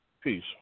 Peace